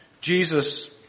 Jesus